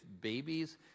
babies